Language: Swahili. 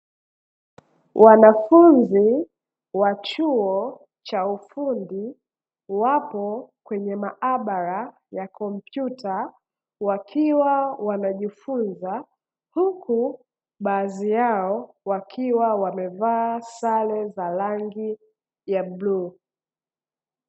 Wanafunzi wa chuo cha ufundi wapo kwenye maabara ya kompyuta wakiwa wanajifunza, huku baadhi yao wakiwa wamevaa sare za rangi ya bluu.